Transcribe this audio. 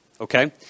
okay